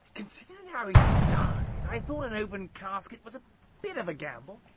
considering how he died, i thought an open casket was a bit of a gamble.